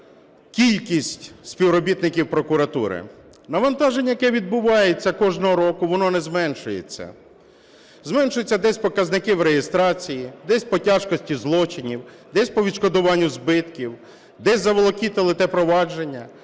кількість співробітників прокуратури. Навантаження, яке відбувається кожного року, воно не зменшується. Зменшуються десь показники реєстрації, десь по тяжкості злочинів, десь по відшкодуванню збитків, десь заволокітили те провадження,